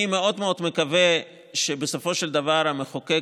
אני מאוד מאוד מקווה שבסופו של דבר המחוקק